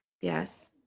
Yes